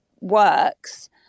works